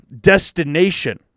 destination